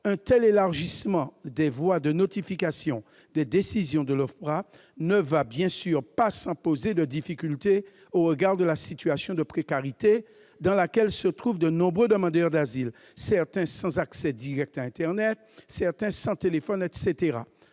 Un tel élargissement des voies de notification des décisions de l'OFPRA ne va pas, bien sûr, sans poser des difficultés au regard de la situation de précarité dans laquelle se trouvent de nombreux demandeurs d'asile, certains sans accès direct à internet, d'autres sans téléphone, entre